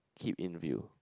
keep in view